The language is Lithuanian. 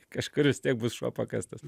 kažkur vis tiek bus šuo pakastas